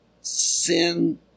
sin